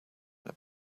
and